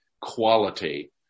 quality